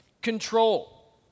Control